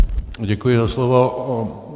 Děkuji za slovo.